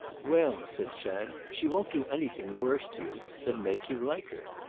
well, said chad, she won't do anything worse to you than make you like her.